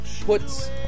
puts